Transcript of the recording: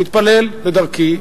מתפלל בדרכי.